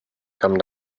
come